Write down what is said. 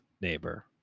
neighbor